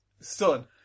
son